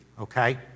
okay